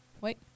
Wait